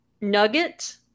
Nugget